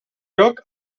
lloc